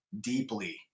deeply